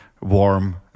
warm